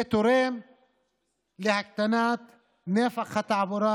זה תורם להקטנת נפח התעבורה,